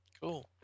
Cool